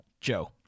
Joe